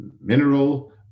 mineral